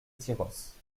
tyrosse